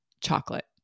chocolate